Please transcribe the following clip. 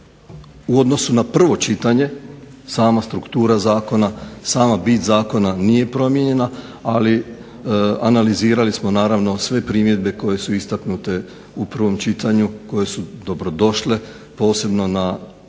u odnosu na prvo čitanje, sama struktura zakona, sama bit zakona nije promijenjena, ali analizirali smo naravno sve primjedbe koje su istaknute u prvom čitanju koje su dobrodošle, posebno na